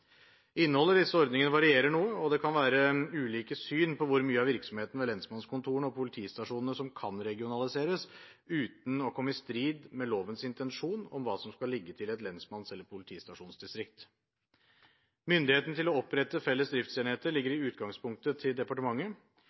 Innholdet i disse ordningene varierer noe, og det kan være ulike syn på hvor mye av virksomheten ved lensmannskontorene og politistasjonene som kan regionaliseres uten å komme i strid med lovens intensjon om hva som skal ligge til et lensmanns- eller politistasjonsdistrikt. Myndigheten til å opprette felles driftsenheter ligger i utgangspunktet til departementet.